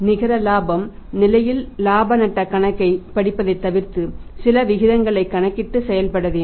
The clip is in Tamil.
நிகர இலாப நிலையில் இலாப நட்டக் கணக்கைப் படிப்பதைத் தவிர்த்து சில விகிதங்களைக் கணக்கிட்டு செயல்பட வேண்டும்